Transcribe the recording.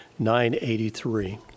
983